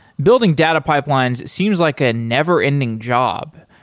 building data pipelines seems like a never-ending job,